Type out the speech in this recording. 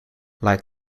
like